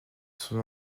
son